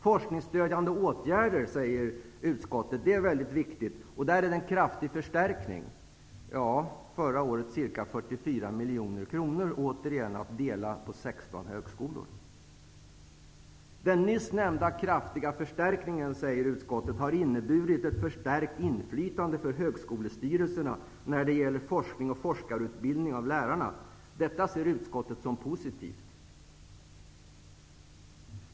Vidare hävdar utskottet att forskningsstödjande åtgärder är viktiga, och där sker en kraftig förstärkning. Förra året hade, återigen, 16 högskolor 44 miljoner kronor att dela på. Utskottet menar att den nyss nämnda kraftiga förstärkningen har inneburit ett förstärkt inflytande för högskolestyrelserna när det gäller forskning och forskarutbildning av lärarna. Detta anser utskottet är positivt.